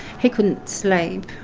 he couldn't sleep,